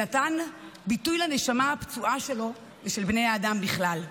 ונתן ביטוי לנשמה הפצועה שלו ושל בני האדם בכלל.